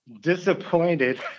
disappointed